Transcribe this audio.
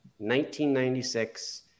1996